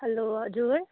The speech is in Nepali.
हेलो हजुर